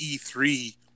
E3